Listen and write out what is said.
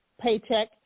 paycheck